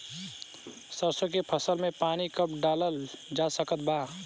सरसों के फसल में पानी कब डालल जा सकत बा?